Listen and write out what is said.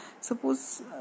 Suppose